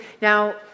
Now